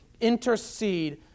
intercede